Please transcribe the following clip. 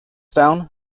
down